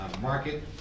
Market